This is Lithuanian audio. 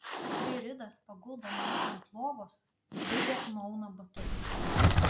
kai ridas paguldo mane ant lovos lidė nuauna batus